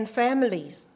families